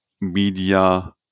media